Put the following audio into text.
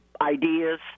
ideas